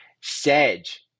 Sedge